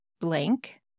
blank